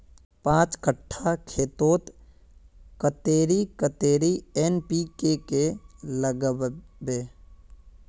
पाँच कट्ठा खेतोत कतेरी कतेरी एन.पी.के के लागबे?